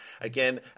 Again